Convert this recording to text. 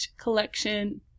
collection